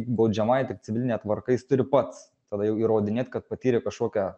baudžiamąja taip civiline tvarka jis turi pats tada jau įrodinėt kad patyrė kažkokią